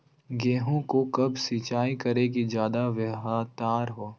गेंहू को कब सिंचाई करे कि ज्यादा व्यहतर हो?